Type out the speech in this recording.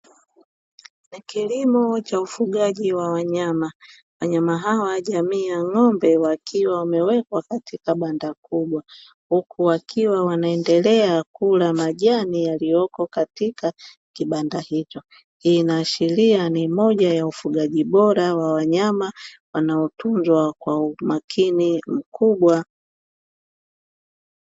Kilimo cha ufugaji wa wanyama, wanyama hawa jamii ya ng'ombe wakiwa wamewekwa katika banda kubwa, huku wakiwa wanaendelea kula majani yaliyoko katika kibanda hicho, hii ina ashiria ni moja ya ufugaji bora wa wanyama wanaotunzwa kwa umakini mkubwa.